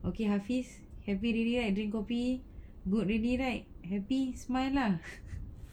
okay hafiz happy already right drink kopi good already right happy smile lah